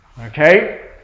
Okay